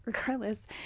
regardless